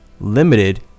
limited